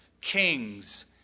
kings